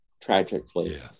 tragically